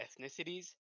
ethnicities